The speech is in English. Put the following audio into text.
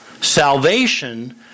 Salvation